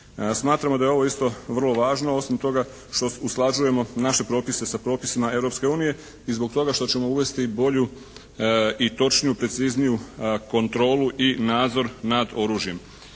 Smatramo da je ovo isto vrlo važno osim toga što usklađujemo naše propise sa propisima Europske unije i zbog toga što ćemo uvesti bolju i točniju, precizniju kontrolu i nadzor nad oružjem.